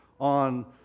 on